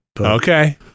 okay